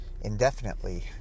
indefinitely